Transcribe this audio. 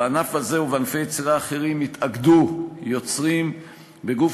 בענף הזה ובענפי יצירה אחרים התאגדו יוצרים בגוף